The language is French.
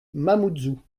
mamoudzou